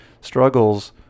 struggles